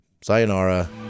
Sayonara